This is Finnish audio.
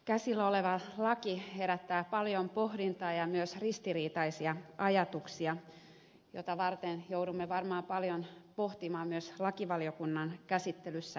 käsillä oleva laki herättää paljon pohdintaa ja myös ristiriitaisia ajatuksia joita joudumme varmaan paljon pohtimaan myös lakivaliokunnan käsittelyssä